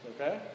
Okay